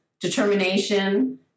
determination